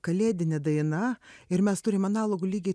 kalėdinė daina ir mes turim analogų lygiai